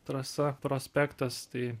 trasa prospektas tai